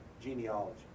genealogy